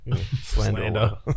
slander